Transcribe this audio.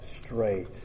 straight